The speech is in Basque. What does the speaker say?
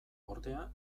ordea